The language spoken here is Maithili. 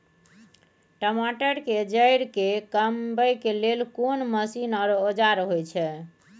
टमाटर के जईर के कमबै के लेल कोन मसीन व औजार होय छै?